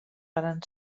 varen